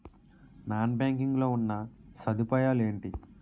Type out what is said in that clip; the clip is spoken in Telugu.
నాన్ బ్యాంకింగ్ లో ఉన్నా సదుపాయాలు ఎంటి?